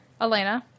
elena